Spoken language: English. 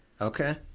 Okay